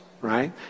right